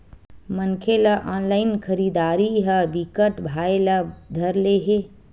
मनखे ल ऑनलाइन खरीदरारी ह बिकट भाए ल धर ले हे